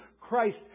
Christ